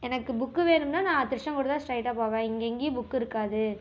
எனக்கு புக்கு வேணும்னா நான் திருச்செங்கோடு தான் ஸ்ட்ரைட்டாக போவேன் இங்கே எங்கேயும் புக்கு இருக்காது